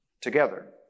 together